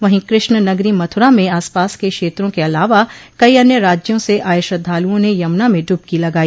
वहीं कृष्ण नगरी मथुरा में आसपास के क्षेत्रों के अलावा कई अन्य राज्यों से आये श्रद्वालुओं ने यमुना में डुबकी लगाई